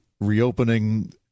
reopening